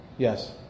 Yes